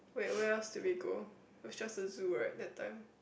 where where else do we go it was just the zoo right that time